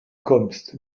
kommst